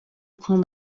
kunywa